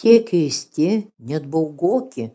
tie keisti net baugoki